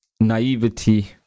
naivety